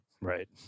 Right